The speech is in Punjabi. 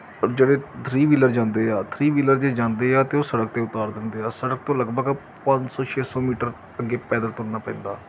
ਜਿਹੜੇ ਥਰੀ ਵੀਲਰ ਜਾਂਦੇ ਆ ਥਰੀ ਵੀਲਰ ਜੇ ਜਾਂਦੇ ਆ ਤਾਂ ਉਹ ਸੜਕ 'ਤੇ ਉਤਾਰ ਦਿੰਦੇ ਆ ਸੜਕ ਤੋਂ ਲਗਭਗ ਪੰਜ ਸੌ ਛੇ ਸੌ ਮੀਟਰ ਅੱਗੇ ਪੈਦਲ ਤੁਰਨਾ ਪੈਂਦਾ